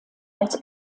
als